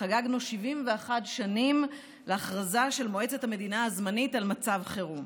חגגנו 71 שנים להכרזה של מועצת המדינה הזמנית על מצב חירום.